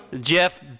Jeff